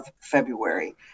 February